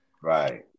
Right